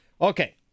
Okay